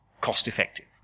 cost-effective